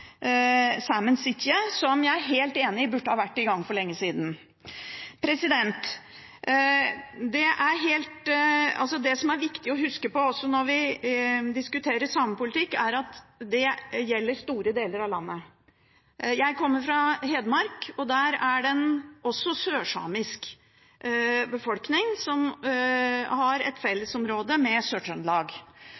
som jeg er helt enig i at burde ha vært i gang for lenge siden. Det som også er viktig å huske på når vi diskuterer samepolitikk, er at den gjelder store deler av landet. Jeg kommer fra Hedmark, og der er det også en sørsamisk befolkning som har et